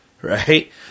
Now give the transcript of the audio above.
Right